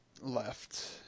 left